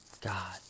God